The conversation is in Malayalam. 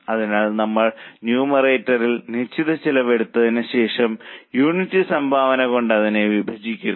അതിനാൽ നമ്മൾ ന്യൂമറേറ്ററിൽ നിശ്ചിത ചെലവ് എടുത്തതിനുശേഷം യൂണിറ്റ് സംഭാവന കൊണ്ട് അതിനെ വിഭജിക്കുന്നു